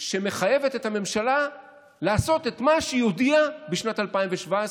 שמחייבת את הממשלה לעשות את מה שהיא הודיעה בשנת 2017,